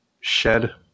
shed